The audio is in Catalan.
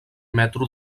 metro